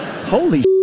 Holy